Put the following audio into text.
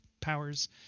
powers